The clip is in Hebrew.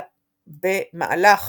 במהלך